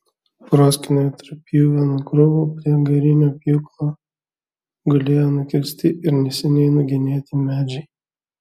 proskynoje tarp pjuvenų krūvų prie garinio pjūklo gulėjo nukirsti ir neseniai nugenėti medžiai